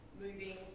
moving